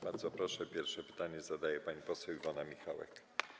Bardzo proszę, pierwsze pytanie zadaje pani poseł Iwona Michałek.